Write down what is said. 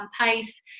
pace